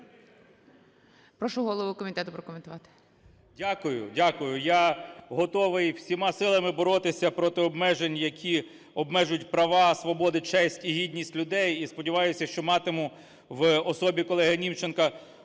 Прошу голову комітету прокоментувати.